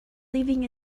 living